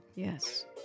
Yes